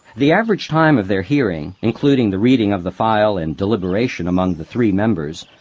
the average time of their hearing, including the reading of the file and deliberation among the three members,